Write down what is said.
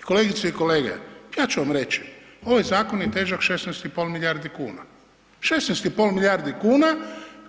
I kolegice i kolege, ja ću vam reći, ovaj zakon je težak 16 i pol milijardi kuna, 16 i pol milijardi kuna